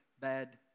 bad